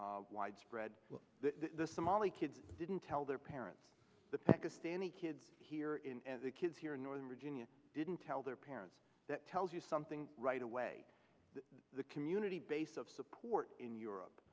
widespread the somali kids didn't tell their parents the pakistani kids here in the kids here in northern virginia didn't tell their parents that tells you something right away that the community base of support in europe